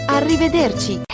Arrivederci